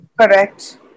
Correct